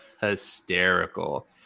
hysterical